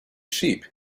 sheep